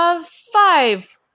Five